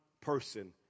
person